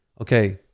okay